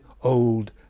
old